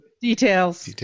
Details